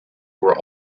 were